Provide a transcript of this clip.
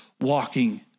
walking